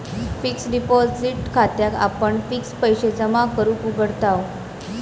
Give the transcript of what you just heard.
fixed deposit खात्याक आपण fixed पैशे जमा करूक उघडताव